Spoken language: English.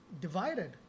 divided